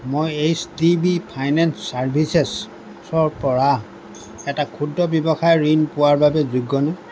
মই H D B finance চাৰ্ভিচেছৰ পৰা এটা ক্ষুদ্ৰ ৱ্যৱসায়ৰ ঋণ পোৱাৰ বাবে যোগ্য নে